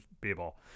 people